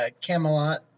Camelot